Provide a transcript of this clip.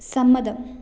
സമ്മതം